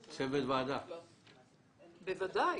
בוודאי.